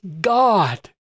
God